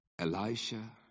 Elisha